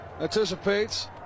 Anticipates